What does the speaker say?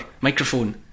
microphone